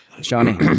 Johnny